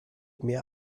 mehr